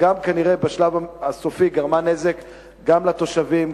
כנראה בשלב הסופי היא גרמה נזק גם לתושבים,